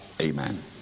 Amen